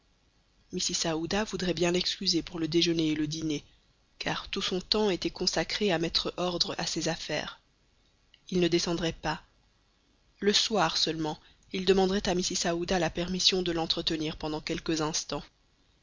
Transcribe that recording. aouda voudrait bien l'excuser pour le déjeuner et le dîner car tout son temps était consacré à mettre ordre à ses affaires il ne descendrait pas le soir seulement il demanderait à mrs aouda la permission de l'entretenir pendant quelques instants